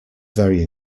very